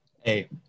Hey